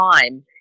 time